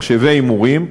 מחשבי הימורים: